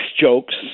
jokes